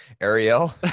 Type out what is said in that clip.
Ariel